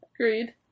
agreed